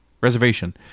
reservation